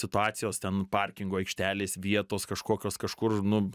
situacijos ten parkingo aikštelės vietos kažkokios kažkur nu